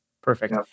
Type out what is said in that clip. perfect